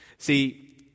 See